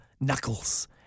Knuckles